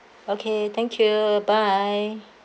okay thank you bye